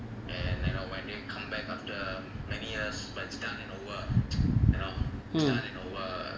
mm